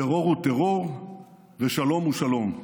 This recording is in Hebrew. טרור הוא טרור ושלום הוא שלום.